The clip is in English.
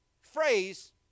phrase